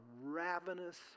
ravenous